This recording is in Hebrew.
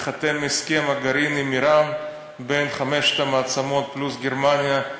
ייחתם הסכם הגרעין עם איראן וחמש המעצמות פלוס גרמניה.